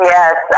Yes